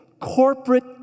corporate